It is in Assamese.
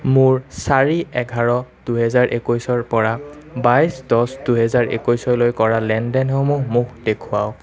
মোৰ চাৰি এঘাৰ দুহেজাৰ একৈছৰ পৰা বাইছ দহ দুহেজাৰ একৈছলৈ কৰা লেনদেনসমূহ মোক দেখুৱাওঁক